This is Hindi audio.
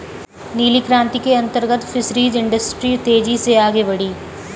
नीली क्रांति के अंतर्गत फिशरीज इंडस्ट्री तेजी से आगे बढ़ी